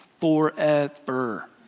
Forever